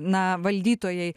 na valdytojai